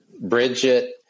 Bridget